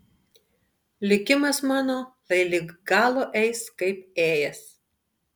likimas mano lai lig galo eis kaip ėjęs